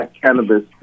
cannabis